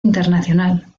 internacional